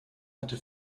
hatte